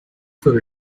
for